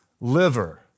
liver